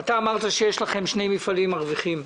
אתה אמרת שיש לכם שני מפעלים מרוויחים.